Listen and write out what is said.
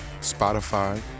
Spotify